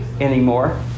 anymore